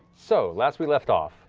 so last we left off